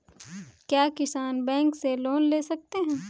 क्या किसान बैंक से लोन ले सकते हैं?